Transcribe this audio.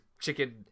Chicken